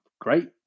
great